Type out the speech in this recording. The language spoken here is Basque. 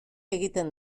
egiten